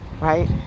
right